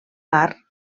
bar